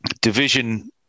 division